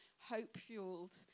hope-fueled